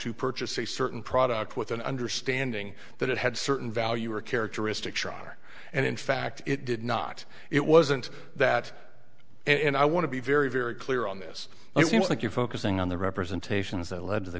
to purchase a certain product with an understanding that it had certain value or characteristics are and in fact it did not it wasn't that and i want to be very very clear on this if you think you're focusing on the representations that lead to the